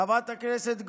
חברת הכנסת גוטליב,